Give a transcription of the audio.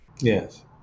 Yes